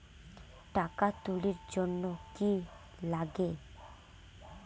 টাকা তুলির জন্যে কি লাগে?